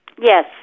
Yes